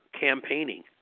campaigning